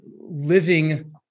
living